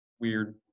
weird